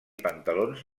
pantalons